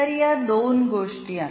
तर या दोन गोष्टी आहेत